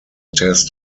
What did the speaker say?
test